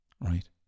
right